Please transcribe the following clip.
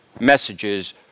messages